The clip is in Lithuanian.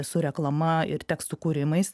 su reklama ir tekstų kūrimais